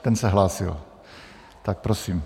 Ten se hlásil, tak prosím.